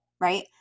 right